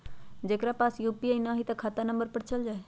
जेकरा पास यू.पी.आई न है त खाता नं पर चल जाह ई?